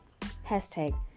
Hashtag